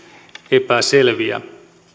epäselviä